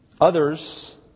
Others